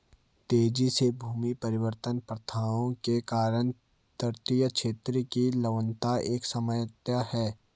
तेजी से भूमि परिवर्तन प्रथाओं के कारण तटीय क्षेत्र की लवणता एक समस्या है